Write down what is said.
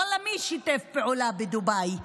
ואללה, מי שיתף פעולה בדובאי?